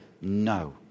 No